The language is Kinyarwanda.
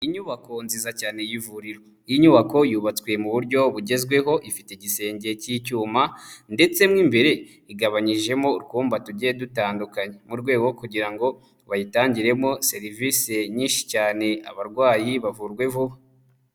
Inyubako nziza cyane y'ivuriro, iyi nyubako yubatswe mu buryo bugezweho, ifite igisenge cy'icyuma ndetse mo imbere igabanyijemo utwumba tugiye dutandukanye, mu rwego rwo kugira ngo bayitangiremo serivisi nyinshi cyane abarwayi bavurwe vuba.